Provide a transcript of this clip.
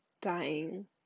dying